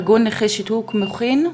ארגון נכי שיתוק מוחין.